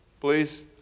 Please